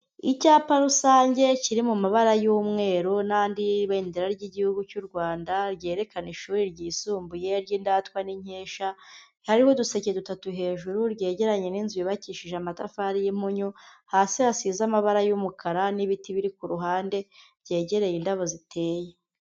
Icyapa rusange kiri mu mabara y'umweru n'andi y'ibendera ry'igihugu cy'u Rwanda ryerekana ishuri ryisumbuye ry'Indatwa n'Inkesha, hariho uduseke dutatu hejuru ryegeranye n'inzu yubakishije amatafari y'impunyu hasi hasize amabara y'umukara, n'ibiti biri ku ruhande byegereye indabo ziteye.